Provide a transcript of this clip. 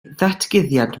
ddatguddiad